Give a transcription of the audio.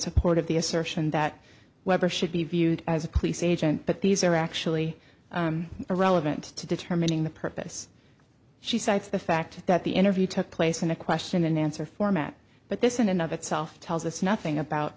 support of the assertion that weber should be viewed as a cleese agent but these are actually irrelevant to determining the purpose she cites the fact that the interview took place in a question and answer format but this in and of itself tells us nothing about